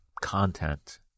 content